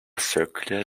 circular